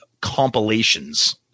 compilations